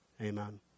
Amen